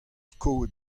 skoet